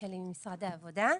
שלי ממשרד העבודה.